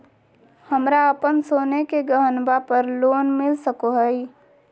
हमरा अप्पन सोने के गहनबा पर लोन मिल सको हइ?